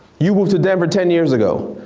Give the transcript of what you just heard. you moved to denver ten years ago.